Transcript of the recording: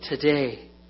today